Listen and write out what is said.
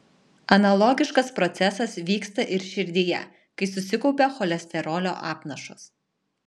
analogiškas procesas vyksta ir širdyje kai susikaupia cholesterolio apnašos